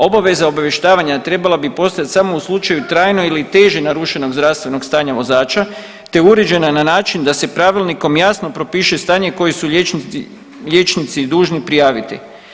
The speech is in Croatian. Obaveza obavještavanja trebala bi postojat samo u slučaju trajno ili teže narušenog zdravstvenog stanja vozača, te uređena na način da se pravilnikom jasno propiše stanje koji su liječnici dužni prijaviti.